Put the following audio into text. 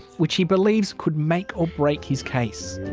which he believes could make or break his case.